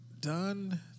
done